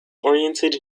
oriented